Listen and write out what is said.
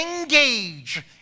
engage